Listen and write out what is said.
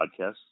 Podcast